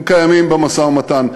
הם קיימים במשא-ומתן.